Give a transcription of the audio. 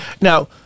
Now